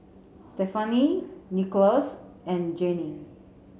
Stefani Nicklaus and Janie